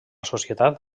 societat